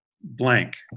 blank